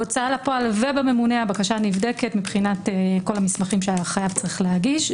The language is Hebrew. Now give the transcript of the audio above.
בהוצאה לפועל ובממונה הבקשה נבדקת מבחינת כל המסמכים שהחייב צריך להגיש,